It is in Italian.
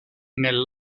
nel